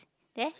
there